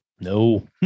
No